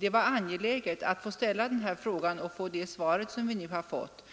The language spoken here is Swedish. det vara angeläget att ställa denna fråga och är tacksam för det svar som jag nu har fått.